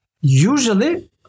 usually